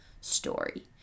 story